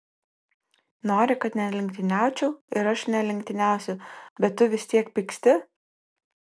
nori kad nelenktyniaučiau ir aš nelenktyniausiu bet tu vis tiek pyksti